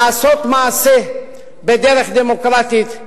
לעשות מעשה בדרך דמוקרטית,